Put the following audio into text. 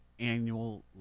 annual